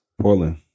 Portland